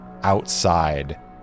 outside